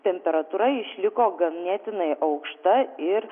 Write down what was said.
temperatūra išliko ganėtinai aukšta ir